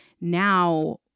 Now